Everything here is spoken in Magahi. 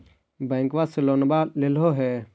बैंकवा से लोनवा लेलहो हे?